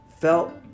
felt